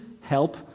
help